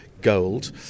gold